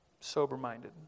Sober-minded